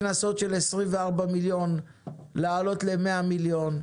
מקנסות של 24 מיליון להעלות ל-100 מיליון,